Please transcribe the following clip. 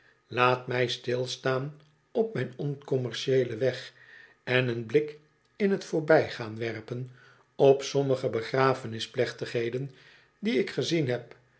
laat mij stilstaan op mijn oncommercieelen weg en een blik in t voorbijgaan werpen op sommige begrafenisplechtigheden die ik gezien heb